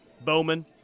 Bowman